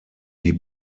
die